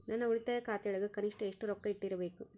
ನನ್ನ ಉಳಿತಾಯ ಖಾತೆಯೊಳಗ ಕನಿಷ್ಟ ಎಷ್ಟು ರೊಕ್ಕ ಇಟ್ಟಿರಬೇಕು?